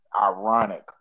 ironic